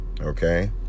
Okay